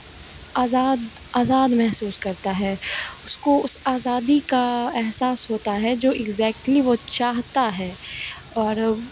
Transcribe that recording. आज़ाद आज़ाद महसूस करता है उसको उस आज़ादी का एहसास होता है जो इगजेकटली वह चाहता है और